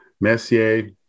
messier